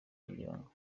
kugirango